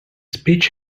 speech